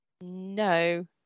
No